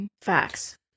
Facts